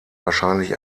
wahrscheinlich